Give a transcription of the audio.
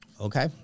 Okay